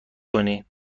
کنی